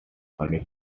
only